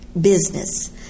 business